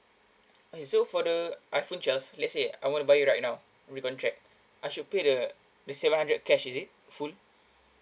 okay so for the iphone twelve let's say I want to buy right now recontract I should pay the the seven hundred cash is it full